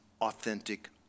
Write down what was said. authentic